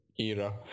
era